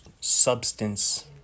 substance